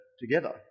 together